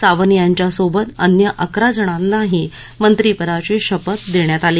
सावंत यांच्यासोबत अन्य अकरा जणांनाही मंत्रीपदाची शपथ देण्यात आली